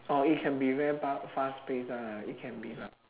oh it can be very fa~ fast pace one ah it can be lah